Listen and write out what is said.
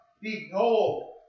Behold